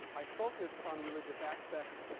i focus on religious aspects.